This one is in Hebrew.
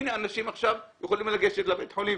הנה אנשים עכשיו יכולים לגשת לבית חולים,